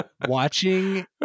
watching